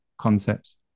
concepts